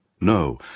No